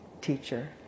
teacher